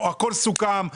הכל סוכם,